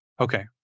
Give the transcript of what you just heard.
Okay